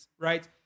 right